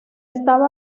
estaba